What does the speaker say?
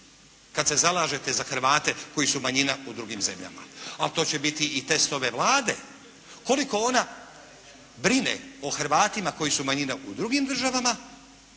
kad se zalažete za Hrvatske koji su manjina u drugim zemljama. Ali to će biti i test ove Vlade, koliko ona brine o Hrvatima koji su manjina u drugim državama